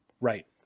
Right